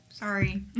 Sorry